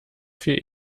viel